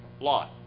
Lot